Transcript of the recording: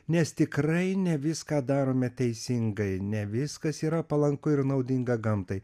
nes tikrai ne viską darome teisingai ne viskas yra palanku ir naudinga gamtai